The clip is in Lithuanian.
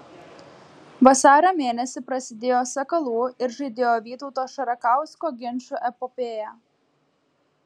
vasario mėnesį prasidėjo sakalų ir žaidėjo vytauto šarakausko ginčų epopėja